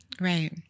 right